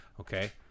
Okay